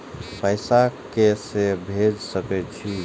पैसा के से भेज सके छी?